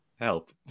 help